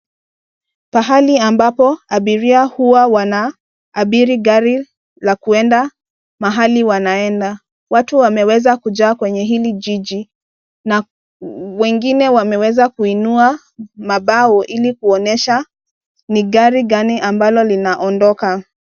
Pahali ambapo abiria huwa wanaabiri gari la kuenda mahali wanaenda. Watu wameweza kujaa kwenye hili jiji na wengine wameweza kuinua mabao ili kuonyesha ni gari gani ambalo linaondoka.